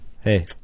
Hey